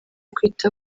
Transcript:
kwita